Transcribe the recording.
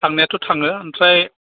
थांनायाथ' थाङो ओमफ्राय